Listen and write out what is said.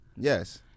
Yes